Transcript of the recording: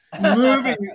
moving